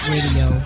Radio